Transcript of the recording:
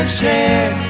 share